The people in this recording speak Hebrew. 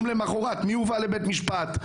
מי הובא למחרת לבית משפט?